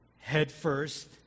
headfirst